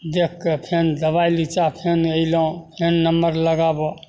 देखके फेन दबाइ नीचा फेन अयलहुँ फेन नंबर लगाबऽ